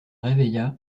réveilla